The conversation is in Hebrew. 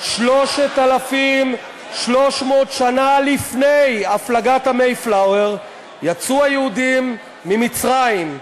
3,300 שנה לפני הפלגת ה"מייפלאואר" יצאו היהודים ממצרים,